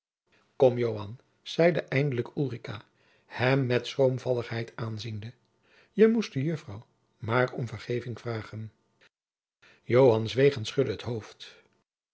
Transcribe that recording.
joan zeide eindelijk ulrica hem met schroomvalligheid aanziende je moest de juffrouw maar om vergeving vragen joan zweeg en schudde het hoofd